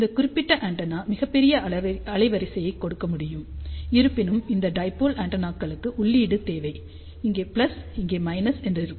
இந்த குறிப்பிட்ட ஆண்டெனா மிகப் பெரிய அலைவரிசையை கொடுக்க முடியும் இருப்பினும் இந்த டைபோல் ஆண்டெனாக்களுக்கு உள்ளீடு தேவை இங்கே இங்கே இருக்கும்